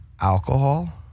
alcohol